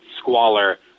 squalor